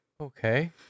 Okay